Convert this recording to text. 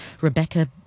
Rebecca